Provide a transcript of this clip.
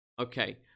Okay